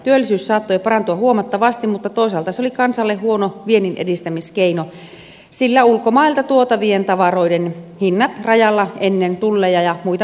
työllisyys saattoi parantua huomattavasti mutta toisaalta se oli kansalle huono vienninedistämiskeino sillä ulkomailta tuotavien tavaroiden hinnat rajalla ennen tulleja ja muita maksuja nousivat